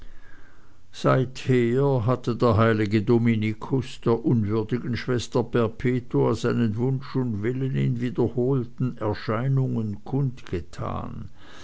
seither hatte der heilige dominikus der unwürdigen schwester perpetua seinen wunsch und willen in wiederholten erscheinungen